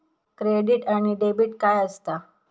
Credit आणि debit काय असता?